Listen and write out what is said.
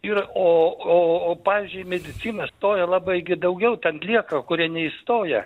ir o o o pavyzdžiui į mediciną stoja labai gi daugiau ten lieka kurie neįstoja